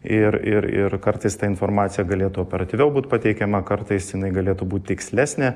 ir ir ir kartais ta informacija galėtų operatyviau būt pateikiama kartais jinai galėtų būt tikslesnė